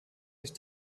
sich